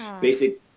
basic